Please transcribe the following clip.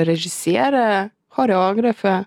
režisiere choreografe